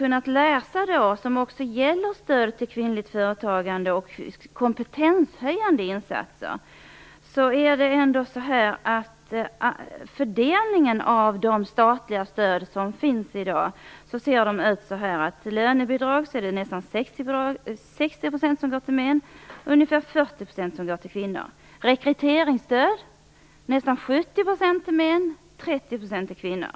När det gäller stöd till företagande och kompetenshöjande insatser är fördelningen av de statliga stöden enligt följande: Av lönebidragen går nästan 60 % till män och ungefär 70 % till män och 30 % till kvinnor.